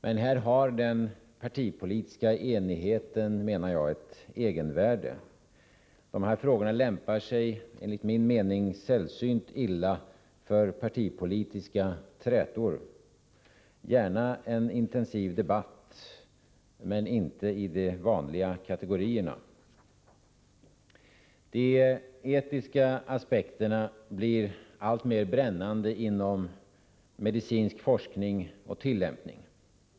Men här har den partipolitiska enigheten, menar jag, ett egenvärde. De här frågorna lämpar sig enligt min mening sällsynt illa för partipolitiska trätor. Gärna en intensiv debatt, men inte i de vanliga kategorierna. De etiska aspekterna blir alltmer brännande inom medicinsk forskning och tillämpning.